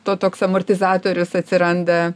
to toks amortizatorius atsiranda